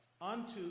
unto